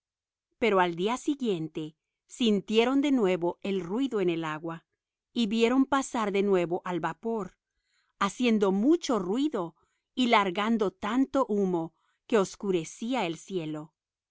pero al día siguiente sintieron de nuevo el ruido en el agua y vieron pasar de nuevo al vapor haciendo mucho ruido y largando tanto humo que oscurecía el cielo